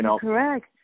correct